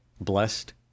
Blessed